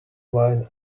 wine